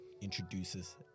introduces